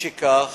משכך,